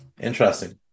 Interesting